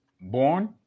Born